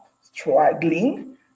struggling